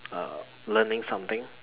err learning something